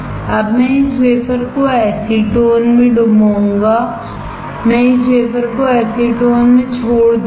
अब मैं इस वेफरको एसीटोन में डुबाऊंगा मैं इस वेफरको एसीटोन में छोड़ दूंगा